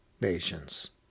nations